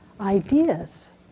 ideas